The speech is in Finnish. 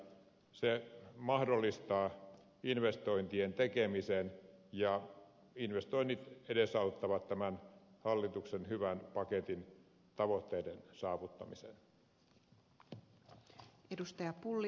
se mahdollistaa investointien tekemisen ja investoinnit edesauttavat tämän hallituksen hyvän paketin tavoitteiden saavuttamista